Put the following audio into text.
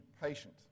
patient